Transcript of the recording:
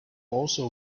also